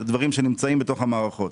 אלה דברים שנמצאים בתוך המערכות.